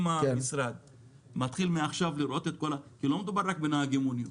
אז לא מדובר רק בנהגי מוניות,